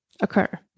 Occur